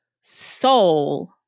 soul